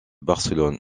barcelone